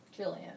Jillian